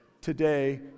today